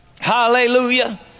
Hallelujah